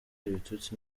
ibitutsi